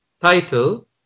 title